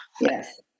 Yes